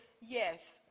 yes